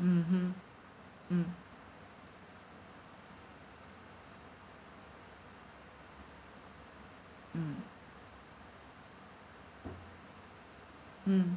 mmhmm mm mm mm